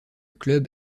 club